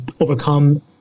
overcome